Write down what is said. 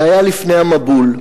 זה היה לפני המבול.